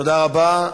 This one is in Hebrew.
תודה רבה.